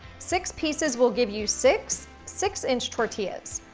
six pieces will give you six six-inch tortillas.